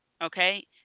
okay